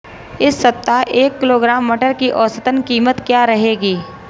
इस सप्ताह एक किलोग्राम मटर की औसतन कीमत क्या रहेगी?